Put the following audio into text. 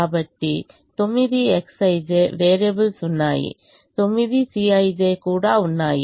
కాబట్టి 9Xij variables ఉన్నాయి 9Cij కూడా ఉన్నాయి